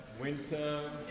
winter